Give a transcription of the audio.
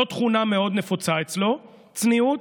לא תכונה מאוד נפוצה אצלו, צניעות.